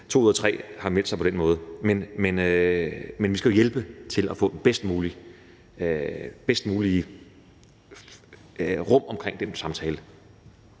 To ud af tre har meldt sig på den måde. Men vi skal hjælpe til at få det bedst mulige rum omkring den samtale.